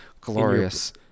glorious